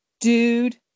dude